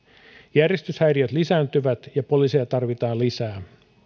järjestyshäiriöt lisääntyvät ja poliiseja tarvitaan lisää